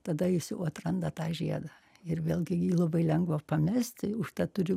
tada jis jau atranda tą žiedą ir vėlgi jį labai lengva pamesti užtat turi